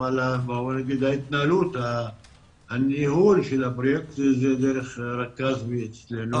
אבל הניהול של הפרויקט הזה הוא דרך רכז אצלנו,